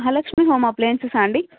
Mahalakshmi home appliances సా అండి